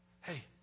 Hey